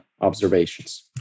observations